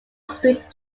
street